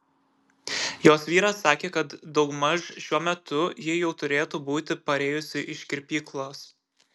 jos vyras sakė kad daugmaž šiuo metu ji jau turėtų būti parėjusi iš kirpyklos